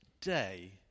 day